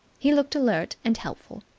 he looked alert and helpful.